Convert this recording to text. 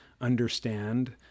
understand